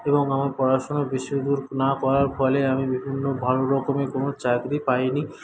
এবং আমার পড়াশোনা বেশি দূর না করার ফলে আমি বিভিন্ন ভালো রকমের কোনো চাকরি পাইনি